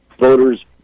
voters